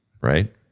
right